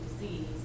disease